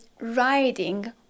riding